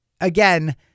again